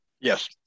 Yes